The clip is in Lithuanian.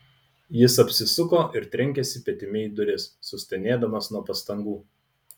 jis apsisuko ir trenkėsi petimi į duris sustenėdamas nuo pastangų